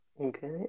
Okay